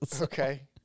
okay